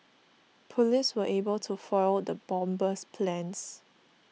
police were able to foil the bomber's plans